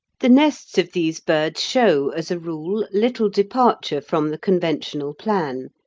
the nests of these birds show, as a rule, little departure from the conventional plan,